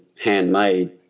handmade